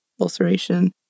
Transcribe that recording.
ulceration